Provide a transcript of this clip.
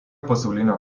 pasaulinio